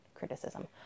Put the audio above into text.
criticism